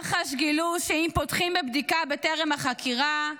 מח"ש גילו שאם פותחים בבדיקה בטרם החקירה,